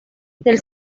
del